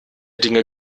dinge